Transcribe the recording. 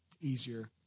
easier